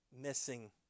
missing